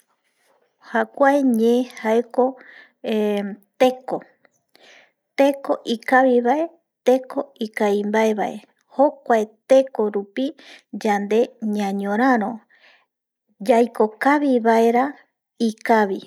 Jokuae ñe jaeko teko, teko ikavivae, teko ikavi mbae vae jokuae teko rupi yande ñañoraro yaiko kavi vaera ikavi